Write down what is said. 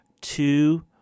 two